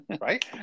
right